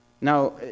now